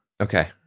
Okay